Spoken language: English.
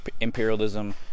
imperialism